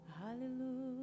hallelujah